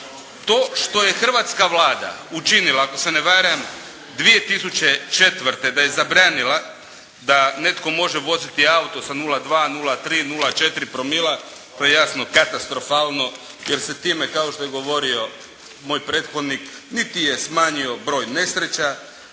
To što je hrvatska Vlada učinila ako se ne varam 2004. da je zabranila da netko može voziti auto sa 0,2, 0,3, 0,4 promila to je jasno katastrofalno jer se time kao što je govorio moj prethodnik niti je smanjio broj nesreća